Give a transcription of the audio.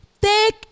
take